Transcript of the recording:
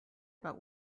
about